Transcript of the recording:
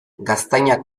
gaztainak